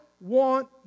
want